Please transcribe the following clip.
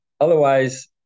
Otherwise